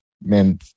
men